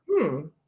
-hmm